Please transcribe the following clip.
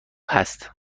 هست